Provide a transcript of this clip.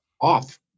off